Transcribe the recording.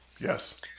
Yes